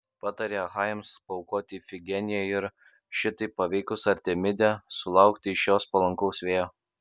patarė achajams paaukoti ifigeniją ir šitaip paveikus artemidę sulaukti iš jos palankaus vėjo